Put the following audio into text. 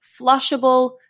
flushable